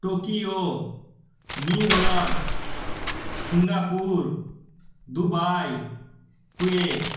Tokyo New York Singapore Dubai Kuwait